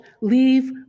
leave